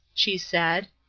she said,